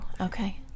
okay